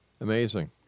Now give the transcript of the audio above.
Amazing